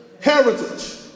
heritage